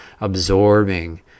absorbing